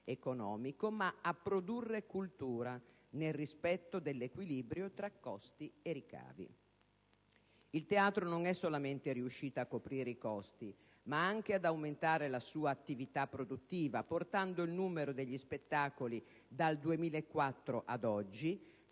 economico ma a produrre cultura, nel rispetto dell'equilibrio tra costi e ricavi. Il teatro non è riuscito solamente a coprire i costi, ma anche ad aumentare la sua attività produttiva, portando il numero degli spettacoli, dal 2004 ad oggi,